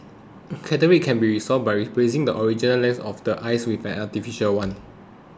cataracts can be resolved by replacing the original lens of the eye with an artificial one